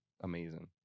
Amazing